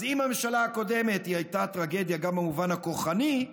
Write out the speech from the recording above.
אז אם הממשלה הקודמת הייתה טרגדיה גם במובן הכוחני,